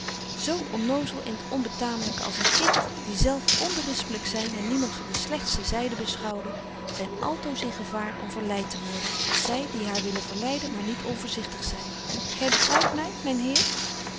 zo onnozel in het onbetamelyke als een kind die zelf onberispelyk zyn en niemand van de slegtste zyde beschouwen zyn altoos in gevaar om verleit te worden als zy die haar willen verleiden maar niet onvoorzigtig zyn gy begrypt my myn